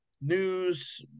news